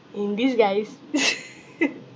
in disguise